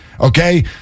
Okay